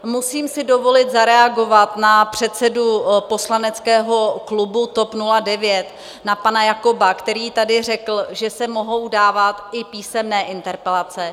Musím si dovolit zareagovat na předsedu poslaneckého klubu TOP 09 na pana Jakoba, který tady řekl, že se mohou dávat i písemné interpelace.